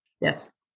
Yes